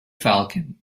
falcon